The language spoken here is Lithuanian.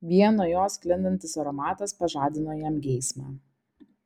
vien nuo jos sklindantis aromatas pažadino jam geismą